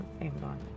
Amazon